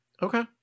Okay